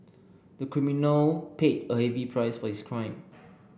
the criminal paid a heavy price for his crime